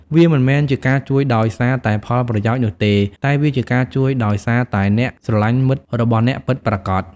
វាមិនមែនជាការជួយដោយសារតែផលប្រយោជន៍នោះទេ តែវាជាការជួយដោយសារតែអ្នកស្រលាញ់មិត្តរបស់អ្នកពិតប្រាកដ។